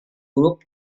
grup